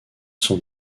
sont